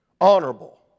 honorable